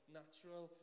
natural